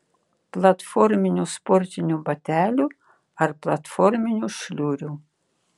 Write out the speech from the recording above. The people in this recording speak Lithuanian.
platforminių sportinių batelių ar platforminių šliurių